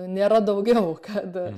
nėra daugiau kad